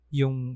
yung